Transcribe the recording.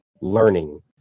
learning